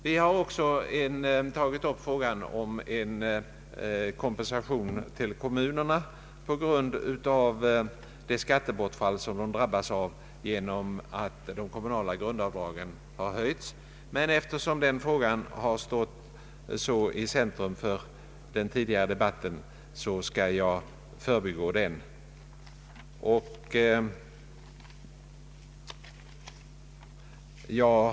Vi har också tagit upp frågan om kompensation till kommunerna för det skattebortfall de drabbas av genom att de kommunala grundavdragen höjs. Eftersom den frågan stått i centrum för den tidigare debatten, skall jag förbigå den i detta sammanhang.